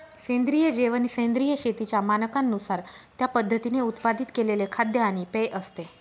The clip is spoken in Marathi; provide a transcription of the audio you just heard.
सेंद्रिय जेवण सेंद्रिय शेतीच्या मानकांनुसार त्या पद्धतीने उत्पादित केलेले खाद्य आणि पेय असते